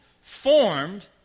formed